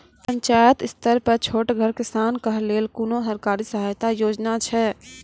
पंचायत स्तर पर छोटगर किसानक लेल कुनू सरकारी सहायता योजना छै?